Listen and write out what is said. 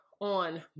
on